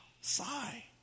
sigh